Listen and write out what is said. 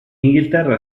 inghilterra